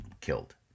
killed